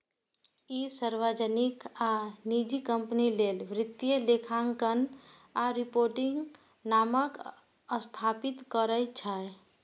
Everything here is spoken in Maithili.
ई सार्वजनिक आ निजी कंपनी लेल वित्तीय लेखांकन आ रिपोर्टिंग मानक स्थापित करै छै